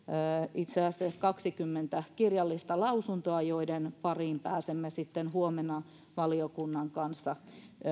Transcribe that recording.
itse asiassa kaksikymmentä kirjallista lausuntoa joita pääsemme sitten huomenna valiokunnan kanssa